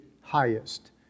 Highest